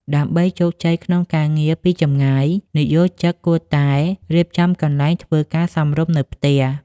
ដើម្បីជោគជ័យក្នុងការងារពីចម្ងាយ និយោជិតគួរតែ រៀបចំកន្លែងធ្វើការសមរម្យ នៅផ្ទះ។